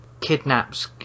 kidnaps